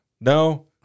no